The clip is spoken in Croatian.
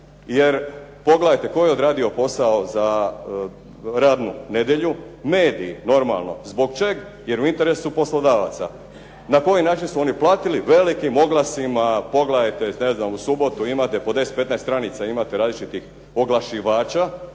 jer pogledajte tko je odradio posao za radnu nedjelju. Mediji normalno. Zbog čega? Jer je u interesu poslodavaca. Na koji način su oni platili? Velikim oglasima, ne znam pogledajte u subotu imate po 10, 15 stranica imate različitih oglašivača